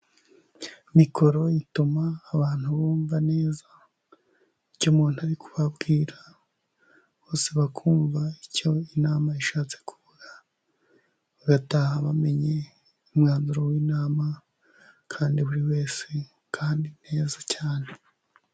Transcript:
Mikoro ituma abantu bumva neza icyo umuntu ari kubabwira, bose bakumva icyo inama ishatse kuvuga, bagataha bamenye umwanzuro w'inama, kandi buri wese, kandi neza cyane.